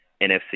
NFC